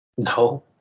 No